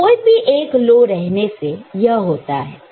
तो कोई भी एक लो रहने से यह होता है